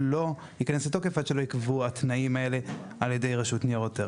לא ייכנס לתוקף עד שלא ייקבעו התנאים האלה על ידי הרשות לנייר ערך.